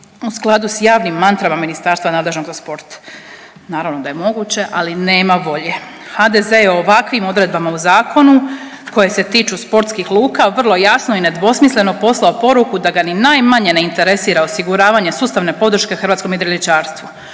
u skladu s javnim mantrama ministarstva nadležnog za sport? Naravno da je moguće, ali nema volje. HDZ je ovakvim odredbama u zakonu koje se tiču sportskih luka vrlo jasno i nedvosmisleno poslao poruku da ga ni najmanje ne interesira osiguravanje sustavne podrške hrvatskom jedriličarstvu.